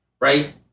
right